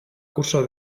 curso